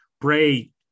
Bray